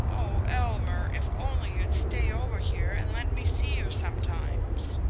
oh, elmer, if only you'd stay over here and let me see you sometimes!